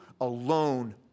alone